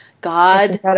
God